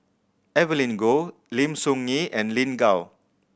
Evelyn Goh Lim Soo Ngee and Lin Gao